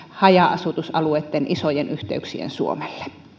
haja asutusalueitten isojen yhteyksien suomelle